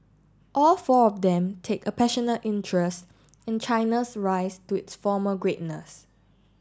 all four of them take a passionate interest in China's rise to its former greatness